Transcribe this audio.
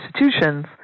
institutions